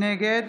נגד